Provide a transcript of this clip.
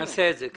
נעשה את זה.